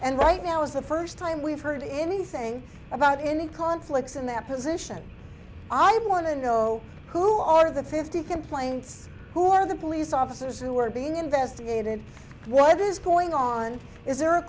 and right now is the first time we've heard anything about any conflicts in that position i'd want to know who are the fifty complaints who are the police officers who are being investigated what is going on is there a